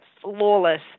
flawless